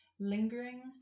lingering